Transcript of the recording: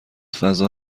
فضا